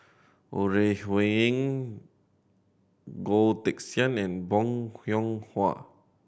Ore Huiying Goh Teck Sian and Bong Hiong Hwa